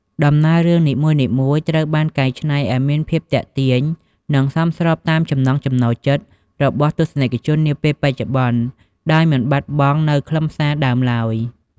ដំណើររឿងនីមួយៗត្រូវបានកែច្នៃឲ្យមានភាពទាក់ទាញ និងសមស្របតាមចំណង់ចំណូលចិត្តរបស់ទស្សនិកជននាពេលបច្ចុប្បន្ន ដោយមិនបាត់បង់នូវខ្លឹមសារដើមឡើយ។